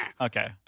Okay